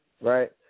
right